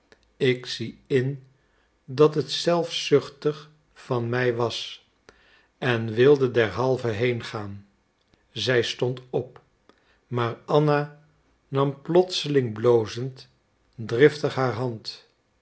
ik zie in dat het zelfzuchtig van mij was en wil derhalve heengaan zij stond op maar anna nam plotseling blozend driftig haar hand